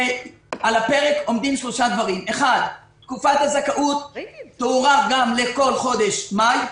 על הפרק עומדים שלושה דברים: 1. תקופת הזכאות תוארך גם לכל חודש מאי,